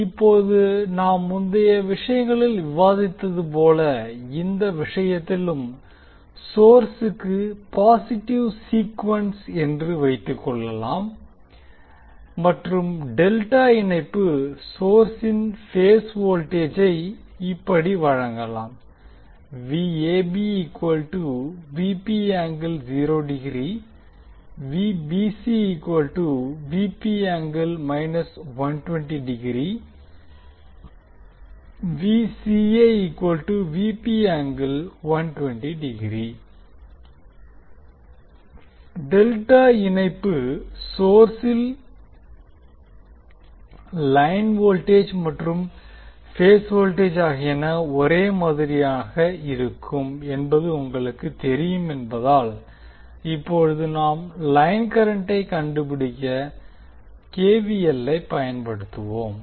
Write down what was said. இப்போது நாம் முந்தய விஷயங்களில் விவாதித்தது போல இந்த விஷயத்திலும் சோர்சுக்கு பாசிட்டிவ் சீக்குவென்ஸ் என்று வைத்துக்கொள்வோம் மற்றும் டெல்டா இணைப்பு சோர்ஸின் பேஸ் வோல்டேஜை இப்படி வழங்கலாம் டெல்டா இணைப்பு சோர்ஸில் லைன் வோல்டேஜ் மற்றும் பேஸ் வோல்டேஜ் ஆகியன ஒரே மாதிரியாக இருக்கும் என்பது உங்களுக்கு தெரியும் என்பதால் இப்போது நாம் லைன் கரண்டை கண்டுபிடிக்க கேவிஎல் லை பயன்படுத்துவோம்